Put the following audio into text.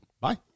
Bye